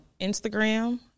Instagram